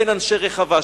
הן אנשי רווחה,